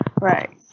Right